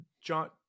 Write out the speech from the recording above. John